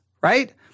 right